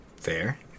Fair